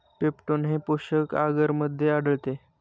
peptone हे पोषक आगरमध्ये आढळते